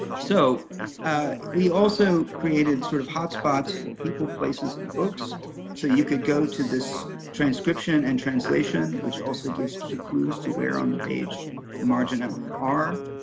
so we also created sort of hotspots for people, places, and books so you could go to this transcription and translation which also gives clues to where on the page the marginally are.